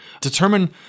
Determine